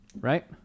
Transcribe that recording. Right